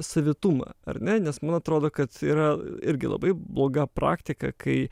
savitumą ar ne nes man atrodo kad yra irgi labai bloga praktika kai